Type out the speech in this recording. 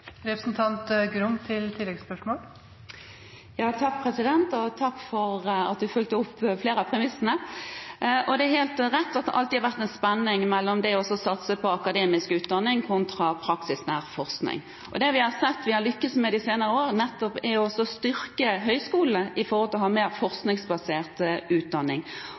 Takk for at statsråden følger opp flere av premissene. Det er helt rett at det alltid har vært en spenning mellom det å satse på akademisk utdanning kontra praksisnær forskning. Det vi har sett at vi har lyktes med i de senere år, er nettopp å styrke høyskolene når det gjelder å ha mer forskningsbasert utdanning.